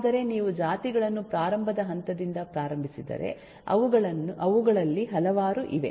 ಆದರೆ ನೀವು ಜಾತಿಗಳನ್ನು ಪ್ರಾರಂಭದ ಹಂತದಿಂದ ಪ್ರಾರಂಭಿಸಿದರೆ ಅವುಗಳಲ್ಲಿ ಹಲವಾರು ಇವೆ